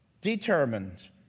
determined